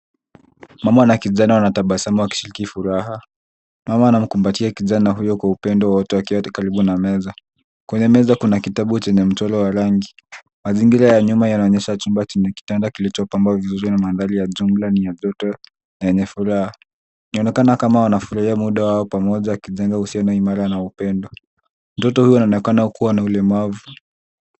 Mama na kijana wanatabasamu wakishiriki furaha. Mama anamkumbatia kijana huyo kwa upendo wote wakiwa karibu na meza. Kwenye meza kuna kitabu chenye mchoro wa rangi . Mazingira ya nyuma yanaonyesha chumba chenye kitanda kilichopangwa vizuri na mandhari ya jumla ni ya joto na yenye furaha. Inaonekana kama wanafurahia muda wao pamoja wakijenga uhusiano imara na upendo. Mtoto huyu naonekana kuwa na ulemavu.